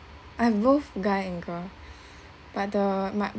I have both guy and girl but the my